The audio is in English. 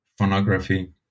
phonography